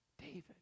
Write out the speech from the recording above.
David